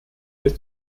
bis